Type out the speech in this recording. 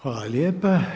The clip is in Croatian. Hvala lijepa.